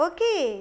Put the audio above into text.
Okay